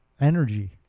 energy